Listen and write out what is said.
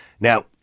Now